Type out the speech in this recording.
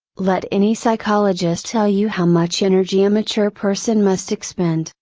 let any psychologist tell you how much energy a mature person must expend,